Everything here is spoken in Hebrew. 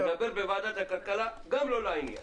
אתה מדבר בוועדת הכלכלה גם לא לעניין.